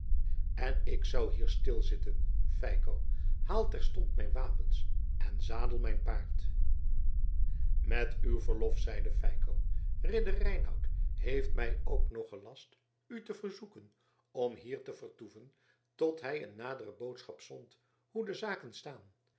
en ik zou hier stilzitten feiko haal terstond mijn wapens en zadel mijn paard met uw verlof zeide feiko ridder reinout heeft mij ook nog gelast u te verzoeken om hier te vertoeven tot hij een nadere boodschap zond hoe de zaken staan